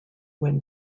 when